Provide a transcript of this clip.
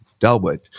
Delwood